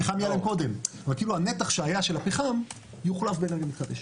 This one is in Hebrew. הפחם ייעלם קודם אבל הנתח שהיה של הפחם יוחלף באנרגיה מתחדשת.